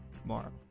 tomorrow